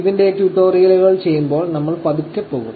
ഇതിന്റെ ട്യൂട്ടോറിയലുകൾ ചെയ്യുമ്പോൾ നമ്മൾ പതുകെ പോകും